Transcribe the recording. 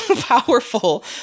powerful